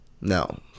No